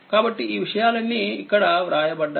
కాబట్టిఈ విషయాలన్నీ ఇక్కడ వ్రాయబడ్డాయి